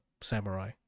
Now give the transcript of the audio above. samurai